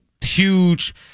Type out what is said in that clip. huge